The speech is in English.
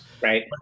Right